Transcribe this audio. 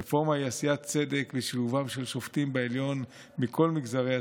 רפורמה היא עשיית צדק ושילובם של שופטים בעליון מכל מגזרי הציבור,